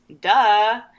duh